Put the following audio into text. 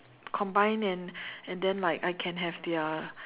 combined and and then like I can have their